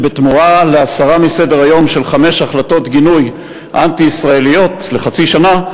שבתמורה להסרה מסדר-היום של חמש החלטות גינוי אנטי-ישראליות לחצי שנה,